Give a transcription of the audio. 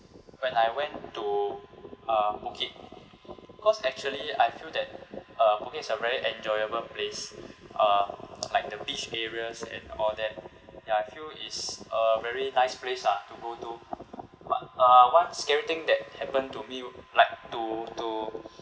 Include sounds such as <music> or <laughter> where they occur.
when I went to uh phuket cause actually I feel that uh phuket is a very enjoyable place uh <noise> like the beach areas and all that ya I feel is a very nice place lah to go to but uh one scary thing that happened to me like to to